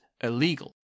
illegal